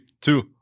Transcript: two